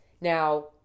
Now